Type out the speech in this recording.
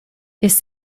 ist